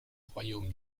royaume